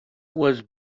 was